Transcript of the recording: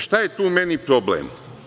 Šta je tu meni problem?